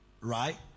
Right